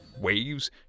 Waves